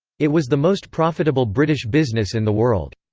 it was the most profitable british business in the world.